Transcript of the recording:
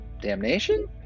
damnation